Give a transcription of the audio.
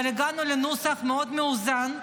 אבל הגענו לנוסח מאוד מאוזן,